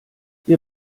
wir